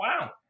wow